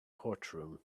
courtroom